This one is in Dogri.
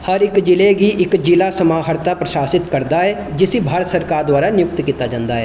हर इक जि'ले गी इक जि'ला समाहर्ता प्रशासत करदा ऐ जिसी भारत सरकार द्वारा नियुक्त कीता जंदा ऐ